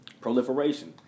Proliferation